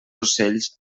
ocells